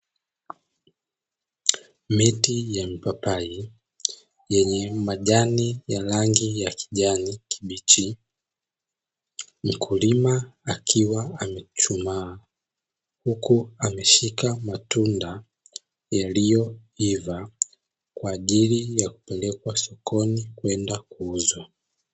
Miti ya mipapai yenye majani ya rangi ya kijani kibichi. Mkulima akiwa amechuchumaa huku ameshika matunda yaliyoiva kwa ajili ya kupelekwa sokoni kwenda kuuzwa.